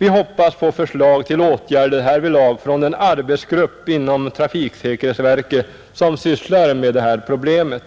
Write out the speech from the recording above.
Vi hoppas på förslag till åtgärder härvidlag från den arbetsgrupp inom trafiksäkerhetsverket som sysslar med det här problemet.